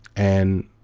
and